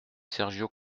sergio